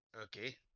Okay